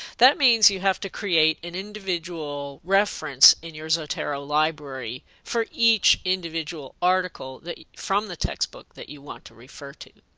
that means you have to create an individual reference in your zotero library for each individual article from the textbook that you want to refer to.